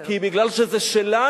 כי זה שלנו,